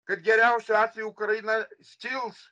kad geriausiu atveju ukraina skils